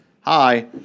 Hi